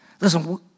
Listen